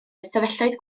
ystafelloedd